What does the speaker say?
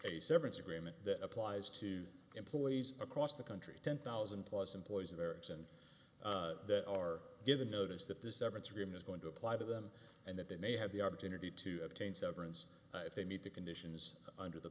severance agreement that applies to employees across the country ten thousand plus employees of arabs and that are given notice that the severance agreement is going to apply to them and that they may have the opportunity to obtain severance if they meet the conditions under the